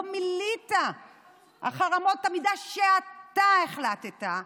לא מילאת אחר אמות המידה שאתה החלטת.